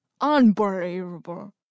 Unbelievable